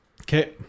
Okay